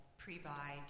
pre-buy